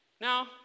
Now